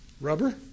Rubber